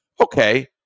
Okay